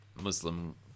Muslim